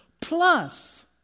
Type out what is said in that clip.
plus